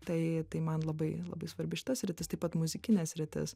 tai tai man labai labai svarbi šita sritis taip pat muzikinė sritis